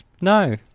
No